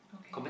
okay